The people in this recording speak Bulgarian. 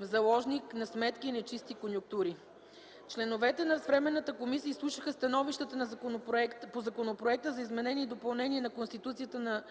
в заложник на сметки и нечисти конюктури. Членовете на Временната комисия изслушаха становищата по законопроекта за изменение и допълнение на Конституцията на